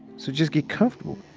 so, just get comfortable.